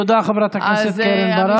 תודה, חברת הכנסת קרן ברק.